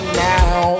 now